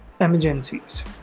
emergencies